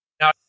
Now